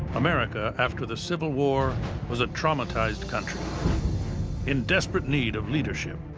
america after the civil war was a traumatized country in desperate need of leadership.